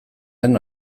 den